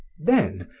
then,